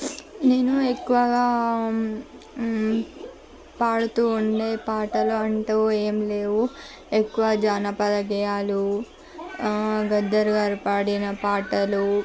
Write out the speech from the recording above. నేను ఎక్కువగా పాడుతూ ఉండే పాటలు అంటూ ఏమి లేవు ఎక్కువ జానపద గేయాలు గద్దర్ గారు పాడిన పాటలు